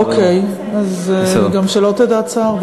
אז גם שלא תדע צער,